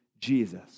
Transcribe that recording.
Jesus